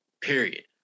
period